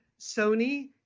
Sony